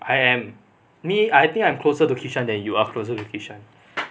I am me I think I'm closer to kishan that you are closer to kishan